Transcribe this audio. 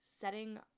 Setting